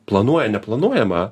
planuoja neplanuojamą